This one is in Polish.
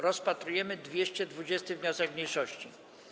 Rozpatrujemy 220. wniosek mniejszości.